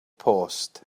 post